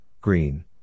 Green